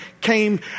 came